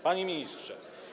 Panie Ministrze!